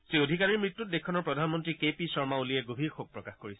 তেওঁৰ মৃত্যুত দেশখনৰ প্ৰধানমন্ত্ৰী কে পি শৰ্মা অলিয়ে গভীৰ শোকপ্ৰকাশ কৰিছে